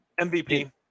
MVP